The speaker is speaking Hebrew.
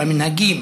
במנהגים,